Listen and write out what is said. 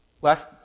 Last